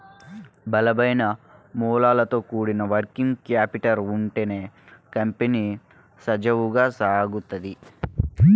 బలమైన మూలాలతో కూడిన వర్కింగ్ క్యాపిటల్ ఉంటేనే కంపెనీ సజావుగా నడుత్తది